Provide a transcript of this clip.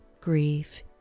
grief